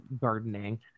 gardening